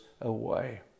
away